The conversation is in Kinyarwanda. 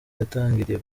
yatangiriye